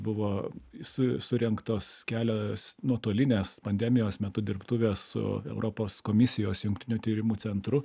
buvo su surengtos kelios nuotolinės pandemijos metu dirbtuves su europos komisijos jungtinio tyrimų centru